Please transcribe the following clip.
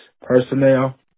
personnel